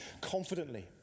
confidently